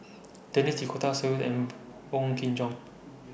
Denis D'Cotta Seow and Wong Kin Jong